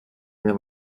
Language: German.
mehr